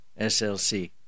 SLC